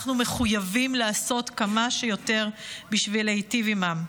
אנחנו מחויבים לעשות כמה שיותר בשביל להיטיב עימם,